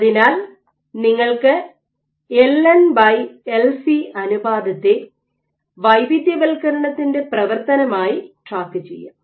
അതിനാൽ നിങ്ങൾക്ക് L N by L C LNLC അനുപാതത്തെ വൈവിധ്യവൽക്കരണത്തിന്റെ പ്രവർത്തനമായി ട്രാക്ക് ചെയ്യാം